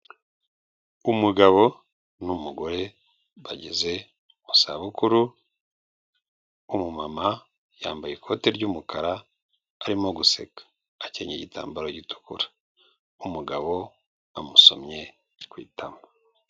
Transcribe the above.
Umugabo n'umugore bageze mu zabukuru n'umumama yambaye ikote ry'umukara arimo guseka akennye igitambaro gitukura, umugabo amusomye ku itama.